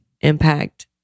impact